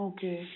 Okay